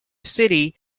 city